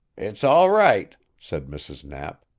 it's all right, said mrs. knapp.